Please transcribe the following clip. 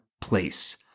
place